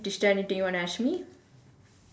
is there anything you want to ask me